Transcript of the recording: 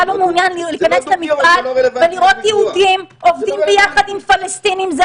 אתה לא מעוניין להיכנס למפעל ולראות יהודים עובדים ביחד עם פלסטינים זה